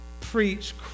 preach